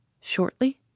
Shortly